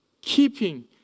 keeping